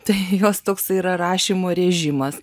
tai jos toksai yra rašymo režimas